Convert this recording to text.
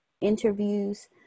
interviews